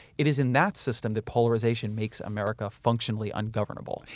it is in that system that polarization makes america functionally ungovernable.